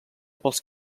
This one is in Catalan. pels